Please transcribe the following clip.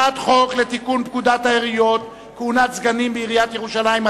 הצעת חוק לתיקון פקודת העיריות (כהונת סגנים בעיריית ירושלים),